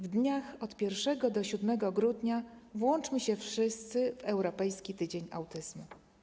W dniach od 1 do 7 grudnia włączmy się wszyscy w Europejski Tydzień Autyzmu.